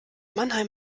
mannheim